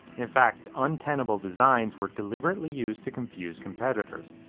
in fact, untenable designs were deliberately used to confuse competitors.